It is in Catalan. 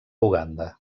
uganda